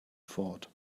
thought